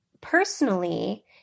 personally